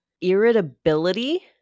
irritability